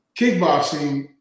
kickboxing